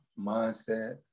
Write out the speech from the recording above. Mindset